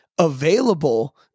available